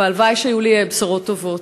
והלוואי שהיו לי בשורות טובות.